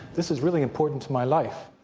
this is really important to my life.